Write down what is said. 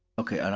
okay,